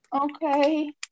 Okay